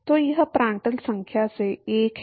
तो यह प्रांड्टल संख्या से 1 है